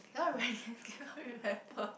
cannot remem~ cannot remember